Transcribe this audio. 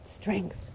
strength